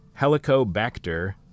Helicobacter